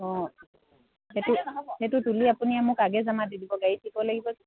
অঁ সেইটো সেইটো তুলি আপুনি মোক আগে জমা দি দিব গাড়ীত দিব লাগিব যে